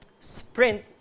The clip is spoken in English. sprint